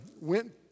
went